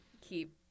keep